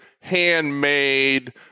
Handmade